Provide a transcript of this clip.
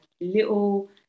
Little